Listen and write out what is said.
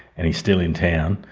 and he's still in town,